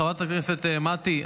חברת הכנסת מטי,